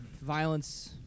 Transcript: violence